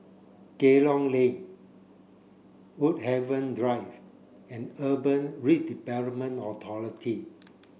Kerong Lane Woodhaven Drive and Urban Redevelopment Authority